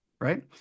right